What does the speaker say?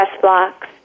blocks